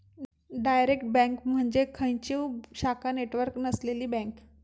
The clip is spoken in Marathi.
डायरेक्ट बँक म्हणजे खंयचीव शाखा नेटवर्क नसलेली बँक